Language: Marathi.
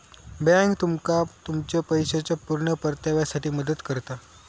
बॅन्क तुमका तुमच्या पैशाच्या पुर्ण परताव्यासाठी मदत करता